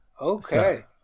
Okay